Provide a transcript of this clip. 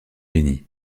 benny